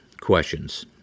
questions